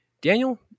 Daniel